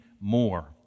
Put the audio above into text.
more